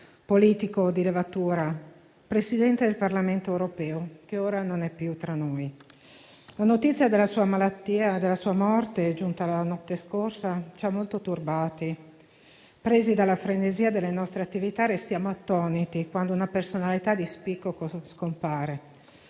politico di levatura, Presidente del Parlamento europeo, che ora non è più tra noi. La notizia della sua malattia e della sua morte, giunta la notte scorsa, ci ha molto turbati. Presi dalla frenesia delle nostre attività restiamo attoniti quando una personalità di spicco scompare.